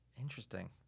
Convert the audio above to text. Interesting